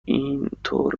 اینطور